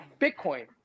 Bitcoin